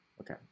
Okay